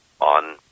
on